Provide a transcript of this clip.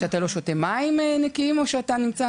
כשאתה שותה מים לא נקיים או כשאתה נמצא